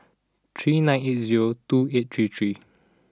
three nine eight zero two eight three three